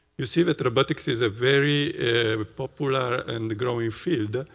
you see that robotics is a very popular and growing field.